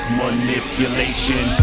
manipulation